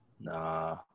Nah